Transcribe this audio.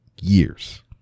years